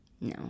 No